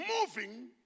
moving